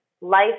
Life